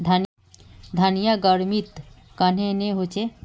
धनिया गर्मित कन्हे ने होचे?